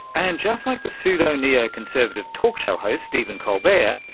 and just like the pseudo-neo-conservative talk-show host stephen colbert, yeah